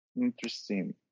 Interesting